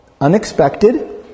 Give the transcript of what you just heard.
unexpected